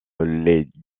les